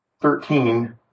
thirteen